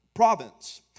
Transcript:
province